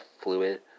fluid